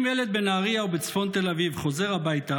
אם ילד בנהריה או בצפון תל אביב חוזר הבית,